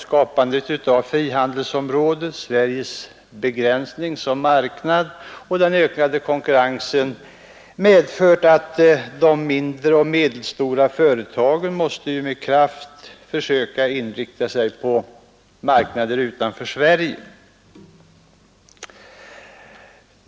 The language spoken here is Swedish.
Skapandet av frihandelsområdet, Sveriges begränsning som marknad och den ökade konkurrensen har ju medfört att de mindre och medelstora företagen med kraft måste försöka inrikta sig på marknader utanför Sverige.